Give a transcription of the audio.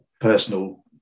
personal